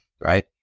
right